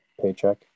paycheck